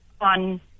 on